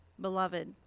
beloved